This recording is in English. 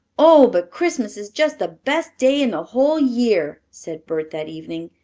oh, but christmas is just the best day in the whole year, said bert that evening,